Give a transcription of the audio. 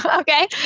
okay